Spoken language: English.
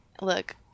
Look